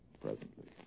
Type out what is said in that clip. Presently